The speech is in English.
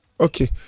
Okay